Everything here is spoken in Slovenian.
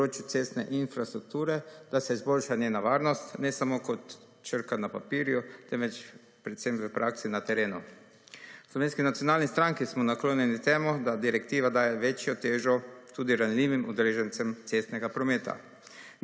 področju cestne infrastrukture, da se izboljša njena varnost ne samo kot črka na papirju temveč predvsem v praksi na terenu. V Slovenski nacionalni stranki smo naklonjeni temu, da direktiva daje večjo težo tudi ranljivim udeležencem cestnega prometa.